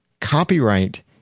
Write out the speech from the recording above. Copyright